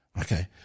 Okay